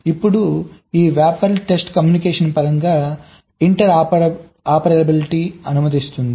ఇప్పుడు ఈ wrapper test communication పరంగా ఇంటర్ ఆపరేబిలిటీని అనుమతిస్తుంది